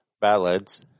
ballads